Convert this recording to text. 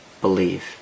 believe